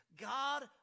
God